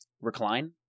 Recline